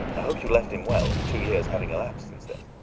i hope you left him well, two years having elapsed since then.